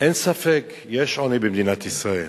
אין ספק, יש עוני במדינת ישראל.